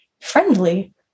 friendly